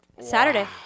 Saturday